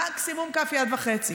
מקסימום כף יד וחצי.